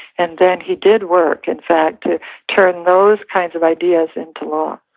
and then he did work in fact to turn those kinds of ideas into law